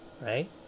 Right